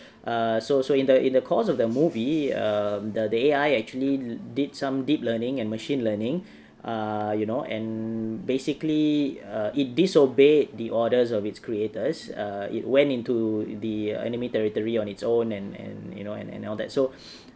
err so so in the in the course of the movie um the A_I actually did some deep learning and machine learning uh you know and basically uh it disobeyed the orders of its creators uh it went into the enemy territory on its own and and you know and and all that so